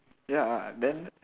ya ah then